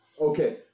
Okay